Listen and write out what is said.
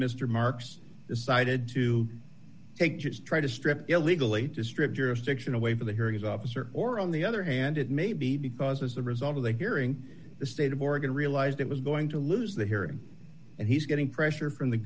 mr marx decided to take just trying to strip illegally to strip jurisdiction away from the hearing officer or on the other hand it may be because as a result of the hearing the state of oregon realized it was going to lose the hearing and he's getting pressure from the